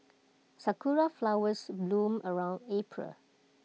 Sakura Flowers bloom around April